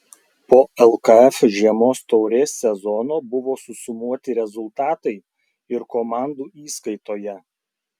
po lkf žiemos taurės sezono buvo susumuoti rezultatai ir komandų įskaitoje